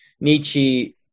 Nietzsche